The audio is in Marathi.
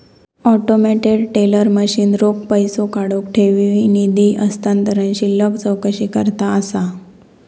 ऑटोमेटेड टेलर मशीन रोख पैसो काढुक, ठेवी, निधी हस्तांतरण, शिल्लक चौकशीकरता असा